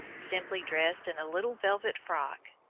simply dressed in a little velvet frock,